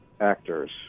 actors